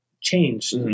change